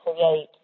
create